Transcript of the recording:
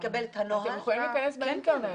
זה נמצא באינטרנט.